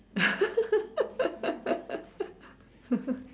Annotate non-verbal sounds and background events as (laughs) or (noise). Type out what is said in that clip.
(laughs)